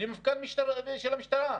של המשטרה.